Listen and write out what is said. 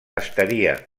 estaria